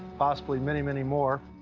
possibly many, many more.